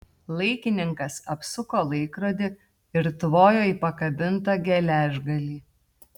laikininkas apsuko laikrodį ir tvojo į pakabintą geležgalį